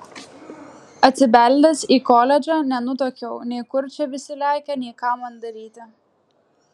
atsibeldęs į koledžą nenutuokiau nei kur čia visi lekia nei ką man daryti